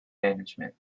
management